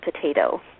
Potato